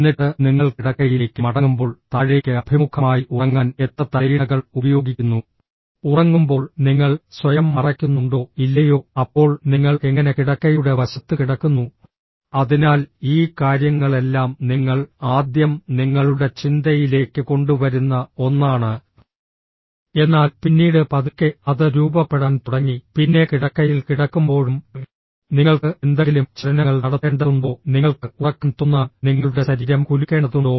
എന്നിട്ട് നിങ്ങൾ കിടക്കയിലേക്ക് മടങ്ങുമ്പോൾ താഴേക്ക് അഭിമുഖമായി ഉറങ്ങാൻ എത്ര തലയിണകൾ ഉപയോഗിക്കുന്നു ഉറങ്ങുമ്പോൾ നിങ്ങൾ സ്വയം മറയ്ക്കുന്നുണ്ടോ ഇല്ലയോ അപ്പോൾ നിങ്ങൾ എങ്ങനെ കിടക്കയുടെ വശത്ത് കിടക്കുന്നു അതിനാൽ ഈ കാര്യങ്ങളെല്ലാം നിങ്ങൾ ആദ്യം നിങ്ങളുടെ ചിന്തയിലേക്ക് കൊണ്ടുവരുന്ന ഒന്നാണ് എന്നാൽ പിന്നീട് പതുക്കെ അത് രൂപപ്പെടാൻ തുടങ്ങി പിന്നെ കിടക്കയിൽ കിടക്കുമ്പോഴും നിങ്ങൾക്ക് എന്തെങ്കിലും ചലനങ്ങൾ നടത്തേണ്ടതുണ്ടോ നിങ്ങൾക്ക് ഉറക്കം തോന്നാൻ നിങ്ങളുടെ ശരീരം കുലുക്കേണ്ടതുണ്ടോ